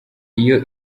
iyo